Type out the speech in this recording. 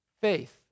faith